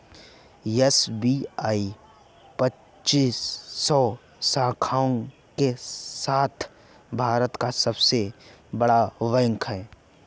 SBI पच्चीस सौ शाखाओं के साथ भारत का सबसे बड़ा बैंक है